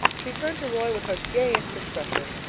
she turned to roy with her gayest expression.